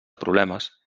problemes